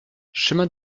chemin